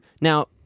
Now